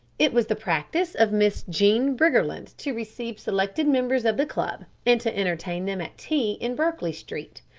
it was the practice of miss jean briggerland to receive selected members of the club and to entertain them at tea in berkeley street.